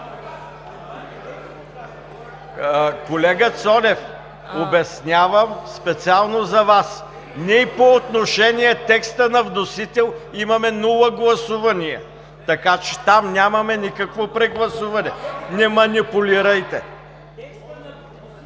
Колега Цонев, обяснявам специално за Вас – ние по отношение текста на вносител имаме нула гласувания, така че там нямаме никакво прегласуване. Не манипулирайте!